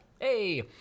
Hey